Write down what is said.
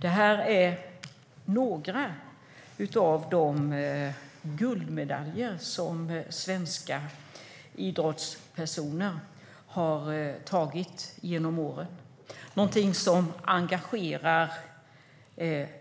Det är några av de guldmedaljer som svenska idrottspersoner har tagit genom åren. Det är någonting som engagerar